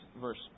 verse